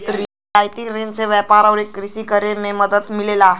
रियायती रिन से व्यापार आउर कृषि करे में मदद मिलला